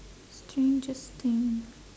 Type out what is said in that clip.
strangest thing